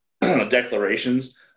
declarations